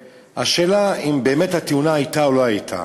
והשאלה אם התאונה הייתה או לא הייתה,